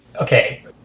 Okay